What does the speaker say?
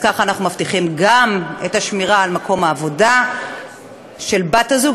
אז ככה אנחנו מבטיחים גם את השמירה על מקום העבודה של בת-הזוג,